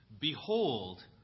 Behold